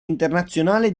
internazionale